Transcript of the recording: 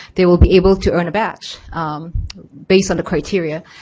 they will be able to earn a badge based on the criteria.